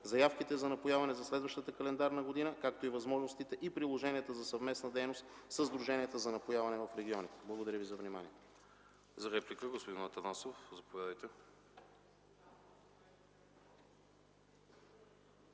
заявките за напояване за следващата календарна година, както и възможностите и приложенията за съвместна дейност със Сдружението за напояване в регионите. Благодаря Ви за вниманието.